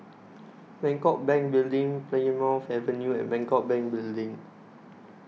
Bangkok Bank Building Plymouth Avenue and Bangkok Bank Building